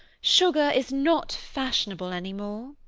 sugar is not fashionable any more.